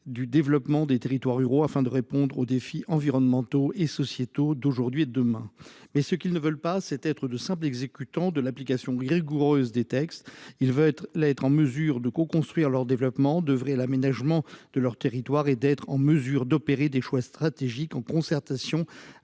du développement des territoires ruraux, afin de répondre aux défis environnementaux et sociétaux d'aujourd'hui et de demain. Mais ce qu'ils ne veulent pas, c'est être de simples exécutants de l'application rigoureuse des textes. Ils veulent être en mesure de coconstruire leur développement, d'oeuvrer à l'aménagement de leur territoire et d'être en mesure d'opérer des choix stratégiques, en concertation